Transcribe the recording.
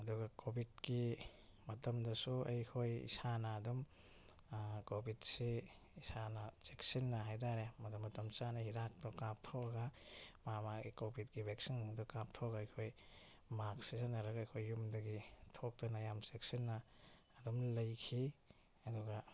ꯑꯗꯨꯒ ꯀꯣꯕꯤꯠꯀꯤ ꯃꯇꯝꯗꯁꯨ ꯑꯩꯈꯣꯏ ꯏꯁꯥꯅ ꯑꯗꯨꯝ ꯀꯣꯕꯤꯠꯁꯤ ꯏꯁꯥꯅ ꯆꯦꯛꯁꯤꯟꯅ ꯍꯥꯏ ꯇꯥꯔꯦ ꯃꯗꯨ ꯃꯇꯝ ꯆꯥꯅ ꯍꯤꯗꯥꯛꯇꯣ ꯀꯥꯞꯊꯣꯛꯑꯒ ꯃꯥ ꯃꯥꯒꯤ ꯀꯣꯕꯤꯠꯀꯤ ꯕꯦꯛꯁꯤꯟꯗꯨ ꯀꯥꯞꯊꯣꯛꯑꯒ ꯑꯩꯈꯣꯏ ꯃꯥꯛꯁ ꯁꯤꯖꯤꯟꯅꯔꯒ ꯑꯩꯈꯣꯏ ꯌꯨꯝꯗꯒꯤ ꯊꯣꯛꯇꯅ ꯌꯥꯝ ꯆꯦꯛꯁꯤꯟꯅ ꯑꯗꯨꯝ ꯂꯩꯈꯤ ꯑꯗꯨꯒ